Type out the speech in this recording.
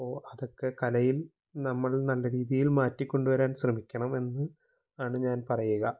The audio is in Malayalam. അപ്പോള് അതൊക്കെ കലയില് നമ്മള് നല്ല രീതിയില് മാറ്റിക്കൊണ്ട് വരാന് ശ്രമിക്കണമെന്നാണ് ഞാന് പറയുക